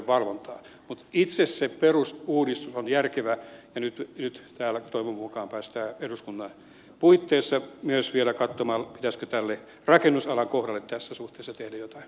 mutta itse se perusuudistus on järkevä ja nyt täällä toivon mukaan päästään eduskunnan puitteissa myös vielä katsomaan pitäisikö tälle rakennusalan kohdalle tässä suhteessa tehdä jotain